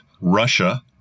Russia